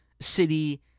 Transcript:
city